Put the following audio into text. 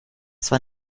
zwar